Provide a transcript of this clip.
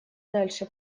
дальше